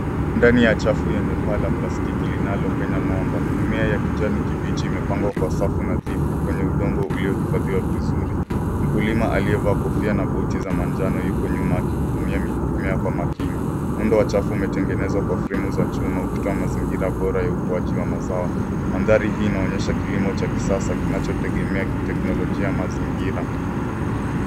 Ndani ya chafu lenye paa la plastiki linalopenya mwanga. Mimea ya kijani kibichi imepangwa kwa safu nadhifu kwenye udongo ulio hifadhiwa vizuri. Mkulima aliyevaa kofia na buti za manjano yuko nyuma akihudumia mimea kwa makini. Muundo wa chafu umetengenezwa kwa fremu za chuma ukitoa mazingira bora ya ukuaji wa mazao. Mandhari hii inaonyesha kilimo cha kisasa kinachotegemea kiteknolojia ya mazingira.